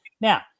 now